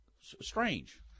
strange